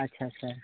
ᱟᱪᱪᱷᱟ ᱟᱪᱪᱷᱟ